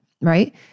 right